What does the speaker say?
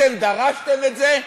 אתן דרשתן את זה?